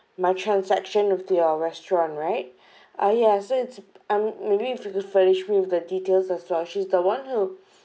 my transaction with your restaurant right ah ya so maybe you can furnish me with the details as well she's the one who